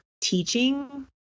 teaching